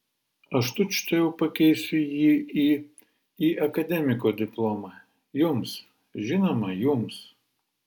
aš tučtuojau pakeisiu jį į į akademiko diplomą jums žinoma jums